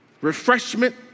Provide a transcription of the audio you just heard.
refreshment